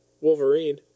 Wolverine